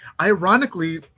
Ironically